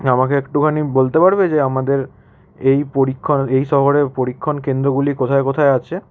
আমাকে একটুখানি বলতে পারবে যে আমাদের এই পরীক্ষণ এই শহরে পরীক্ষণ কেন্দ্রগুলি কোথায় কোথায় আছে